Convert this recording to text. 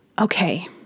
okay